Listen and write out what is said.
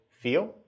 feel